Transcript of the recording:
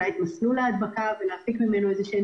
לזהות את מסלול ההדבקה ולהפיק ממנו איזשהן